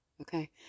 okay